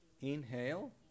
inhale